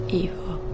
evil